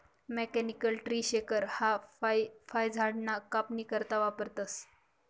mechanical tree shaker हाई फयझाडसना कापनी करता वापरतंस